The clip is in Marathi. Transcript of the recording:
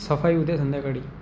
सफाई उद्या संध्याकाळी